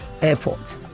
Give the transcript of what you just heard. Airport